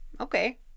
okay